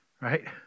Right